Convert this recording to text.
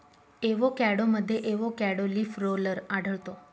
एवोकॅडोमध्ये avocado leaf roller आढळतो